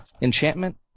enchantment